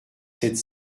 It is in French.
sept